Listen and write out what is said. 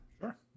Sure